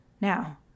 Now